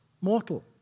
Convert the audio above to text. mortal